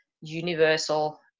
universal